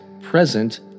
present